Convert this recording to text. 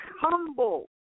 humble